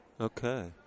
Okay